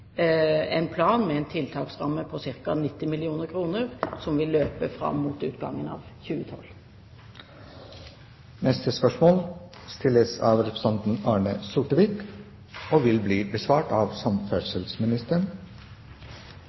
en plan med en tiltaksramme på ca. 90 mill. kr som vil løpe fram mot utgangen av 2012. Spørsmålene 6 og 7 vil bli besvart senere, etter spørsmål 22. Spørsmål 8 vil også bli besvart